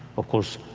of course,